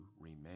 remain